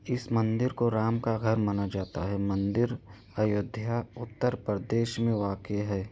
اس مندر کو رام کا گھر مانا جاتا ہے مندر ایودھیا اتر پردیش میں واقع ہے